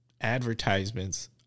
advertisements